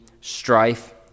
strife